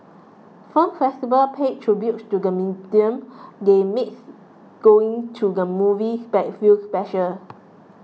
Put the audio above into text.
film festival pay tribute to the medium they make going to the movies feel special